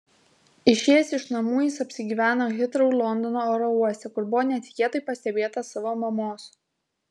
išėjęs iš namų jis apsigyveno hitrou londono oro uoste kur buvo netikėtai pastebėtas savo mamos